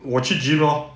我去 gym lor